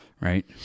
Right